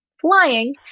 flying